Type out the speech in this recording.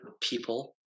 people